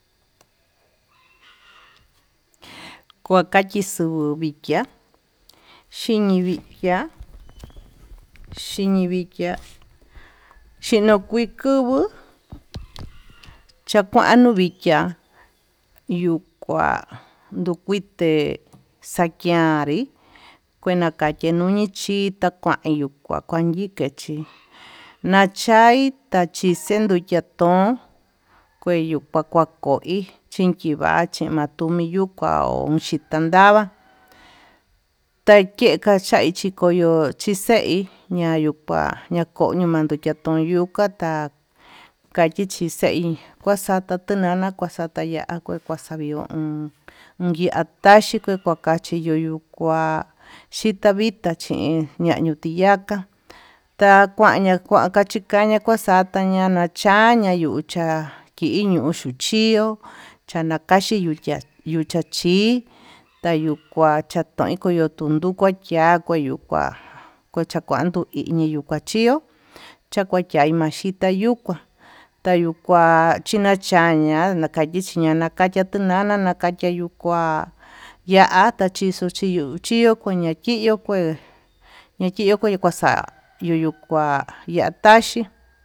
Kokaki xiu vikiá xhiñivikia xhiñivikia, xhinokui kuvuu chakuan no vikiá yuu kuan yukuité xakuanri kuenakachi ihomichí, ta kuain kukan vikii chí nachaí tuxandekia yuchatón kueyu kua kua koí inchivachi makuyi nokaú, chohitan ndava takey kaxaí ndikon yo'ó tyixeí ña'a yuu kua konyo mayukia nayuu katá, kachichi xeí kuaxata tunana kuaxata ta ya'á kue kuaxayión iha taxhi kachiyuyukua xhitavita chin ñañu tiyaká, takuaña kuan kaxitaxa tuñaña ña'a nacha ña'a yuu cha'a ki'í iño xuu chió chanakaxhi yucha yucha chí tayukuan tuyun tañuu tunduchia chiá tayuu kuyuu kuá kucha kuando kachini yuu kanchió, chakuachaí maxhitá yukuá kua tayuu kua chinachaya tanikixhiya nakaya tunana nakaya yuu kua ya'á tachiyu kió ñakiyo kué ñachiyo kue kuaxa yuu kua ñataxhí.